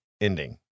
ending